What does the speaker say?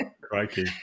crikey